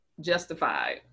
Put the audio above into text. justified